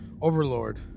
Overlord